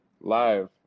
live